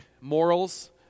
morals